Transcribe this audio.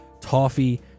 toffee